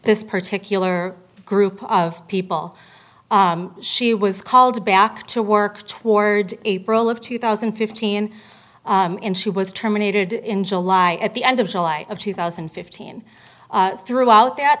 this particular group of people she was called back to work toward april of two thousand and fifteen and she was terminated in july at the end of july of two thousand and fifteen throughout that